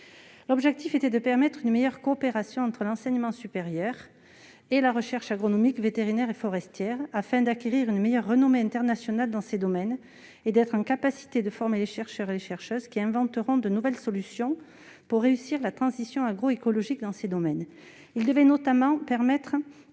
visait à améliorer la coopération entre l'enseignement supérieur et la recherche agronomique, vétérinaire et forestière, afin d'acquérir une meilleure renommée internationale dans ces domaines et d'être en mesure de former les chercheurs et chercheuses qui inventeront de nouvelles solutions pour réussir la transition agroécologique. En particulier, l'institut devait permettre